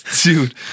dude